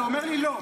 אתה אומר לי "לא".